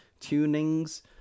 tunings